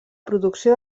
producció